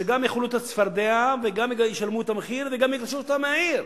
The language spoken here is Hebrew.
שגם יאכלו את הצפרדע וגם ישלמו את המחיר וגם יגרשו אותם מהעיר.